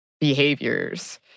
behaviors